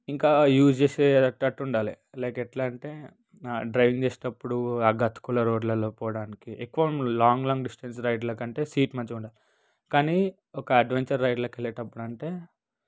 ఒక యూజ్ చేసేటట్టుండాలి లైక్ ఎట్లంటే డ్రైవింగ్ చేసేటప్పుడు ఆ గతుకుల రోడ్లల్లో పోవడానికి ఎక్కువ లాంగ్ లాంగ్ డిస్టెన్స్ రైడ్లకంటే సీట్ మంచింగుండాలి కానీ ఒక అడ్వెంచర్ రైడ్లకి వెళ్ళేటప్పుడంటే